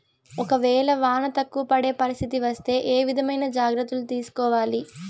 ఒక వేళ వాన తక్కువ పడే పరిస్థితి వస్తే ఏ విధమైన జాగ్రత్తలు తీసుకోవాలి?